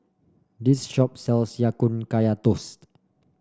this shop sells Ya Kun Kaya Toast